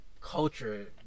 culture